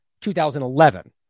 2011